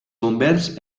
bombers